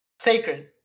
sacred